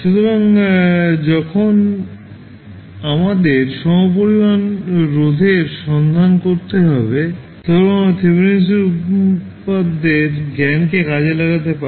সুতরাং যখন আমাদের সমপরিমাণ রোধের সন্ধান করতে হবে তখন আমরা থেভেনিন উপপাদ্যের জ্ঞানকে কাজে লাগাতে পারি